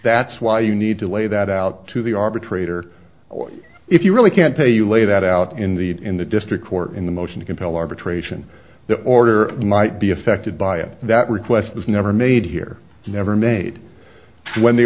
that's why you need to lay that out to the arbitrator if you really can't tell you lay that out in the in the district court in the motion to compel arbitration the order might be affected by it that request was never made here never made when the